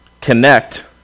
connect